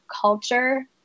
culture